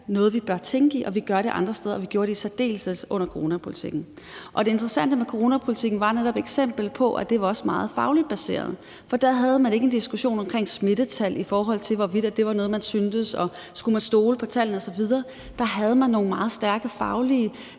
noget, vi bør tænke i. Vi gør det andre steder, og vi gjorde det i særdeleshed i forbindelse med coronapolitikken. Det interessante ved coronapolitikken var netop, at det var et eksempel på, at det også var meget fagligt baseret. Der havde man ikke en diskussion om smittetal, om det var noget, man syntes, om man skulle stole på tallene, osv. Da havde man et meget stærkt fagligt